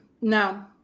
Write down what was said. no